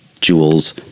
jewels